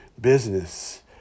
business